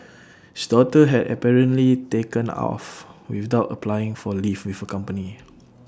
daughter had apparently taken off without applying for leave with company